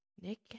Nick